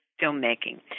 filmmaking